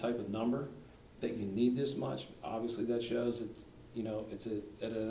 type of number that you need this much obviously that shows that you know it's